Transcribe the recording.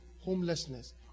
homelessness